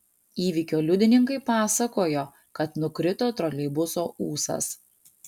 įvykio liudininkai pasakojo kad nukrito troleibuso ūsas